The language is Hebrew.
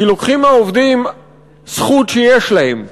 כי לוקחים מהעובדים זכות שיש להם,